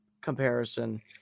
comparison